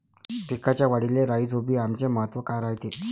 पिकाच्या वाढीले राईझोबीआमचे महत्व काय रायते?